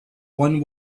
one